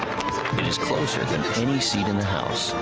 it is closer than any seat in the house,